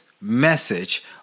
message